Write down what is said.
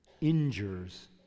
injures